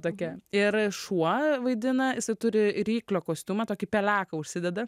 tokia ir šuo vaidina jisai turi ryklio kostiumą tokį peleką užsideda